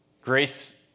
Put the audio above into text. Grace